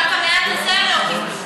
גם את המעט הזה הם לא קיבלו.